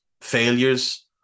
failures